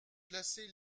placez